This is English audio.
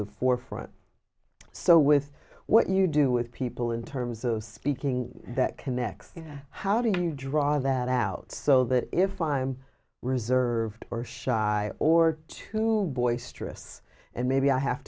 the forefront so with what you do with people in terms of speaking that connects you know how do you draw that out so that if i'm reserved or shy or too boisterous and maybe i have